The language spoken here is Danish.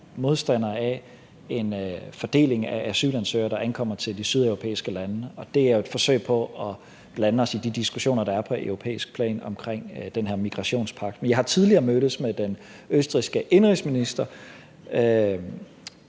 modstandere af en fordeling af asylansøgere, der ankommer til de sydeuropæiske lande. Det er et forsøg på at blande os i de diskussioner, der er på europæisk plan om den her migrationspagt. Jeg har tidligere mødtes med den østrigske indenrigsminister,